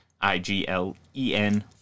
I-G-L-E-N